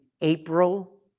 April